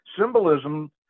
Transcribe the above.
Symbolism